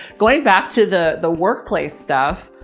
going back to the the workplace stuff.